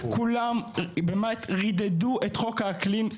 כולם רידדו את חוק האקלים,